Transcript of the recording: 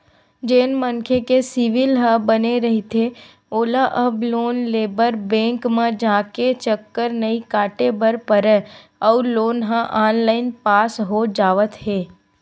जेन मनखे के सिविल ह बने रहिथे ओला अब लोन लेबर बेंक म जाके चक्कर नइ काटे बर परय अउ लोन ह ऑनलाईन पास हो जावत हे